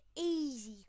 easy